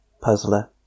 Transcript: Puzzler